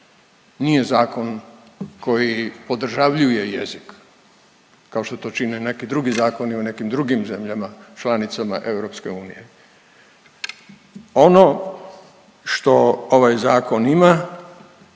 Nije zakon koji podržavljuje jezik kao što to čine neki drugi zakoni u nekim drugim zemljama članicama EU. Ono što ovaj zakon ima,